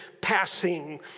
passing